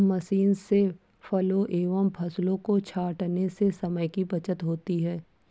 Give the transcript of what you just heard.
machine से फलों एवं फसलों को छाँटने से समय की बचत होती है